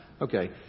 Okay